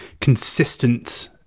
consistent